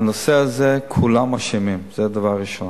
בנושא הזה כולם אשמים, זה דבר ראשון.